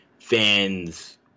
fans